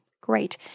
Great